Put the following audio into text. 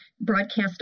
broadcast